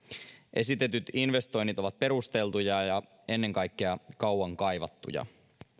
esitetyt investoinnit ovat perusteltuja ja ennen kaikkea kauan kaivattuja